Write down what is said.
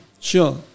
sure